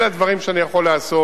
אלה הדברים שאני יכול לעשות.